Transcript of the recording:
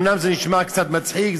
אומנם זה נשמע קצת מצחיק,